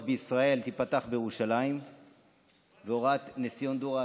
בישראל תיפתח בירושלים בהוראת נשיא הונדורס.